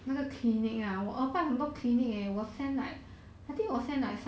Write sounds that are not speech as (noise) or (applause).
(laughs) oh